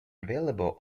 available